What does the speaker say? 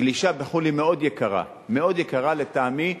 והגלישה בחו"ל היא מאוד יקרה, מאוד יקרה, לטעמי,